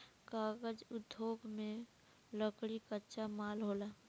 कागज़ उद्योग में लकड़ी कच्चा माल होला